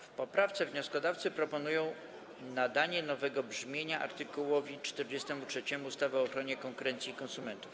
W poprawce wnioskodawcy proponują nadanie nowego brzmienia art. 43 ustawy o ochronie konkurencji i konsumentów.